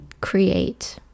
create